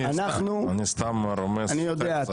אני סתם רומז --- אני יודע,